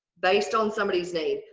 based on somebody's needs.